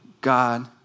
God